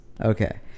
okay